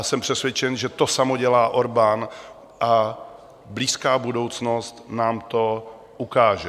Jsem přesvědčen, že to samé dělá Orbán a blízká budoucnost nám to ukáže.